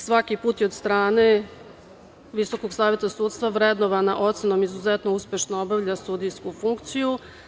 Svaki put je od strane Visokog saveta sudstva vrednovana ocenom – izuzetno uspešno obavlja sudijsku funkciju.